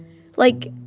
like,